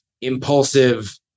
impulsive